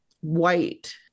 white